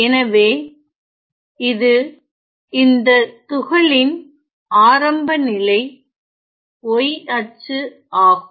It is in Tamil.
எனவே இது இந்த துகளின் ஆரம்ப நிலை y அச்சு ஆகும்